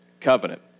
covenant